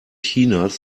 chinas